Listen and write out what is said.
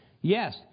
Yes